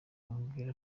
mubwira